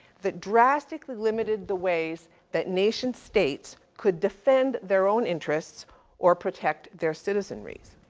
that drastically limited the ways that nation's states could defend their own interests or protect their citizenries.